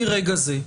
מרגע זה,